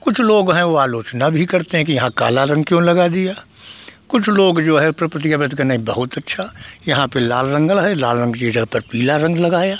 कुछ लोग हैं वह आलोचना भी करते हैं कि यहाँ काला रंग क्यों लगा दिया कुछ लोग जो है व्यक्त करे नहीं बहुत अच्छा यहाँ पर लाल रंगल है लाल रंग के लिए ज़्यादातर पीला रंग लगाया